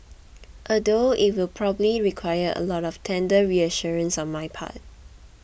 although it will probably require a lot of tender reassurances on my part